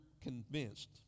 convinced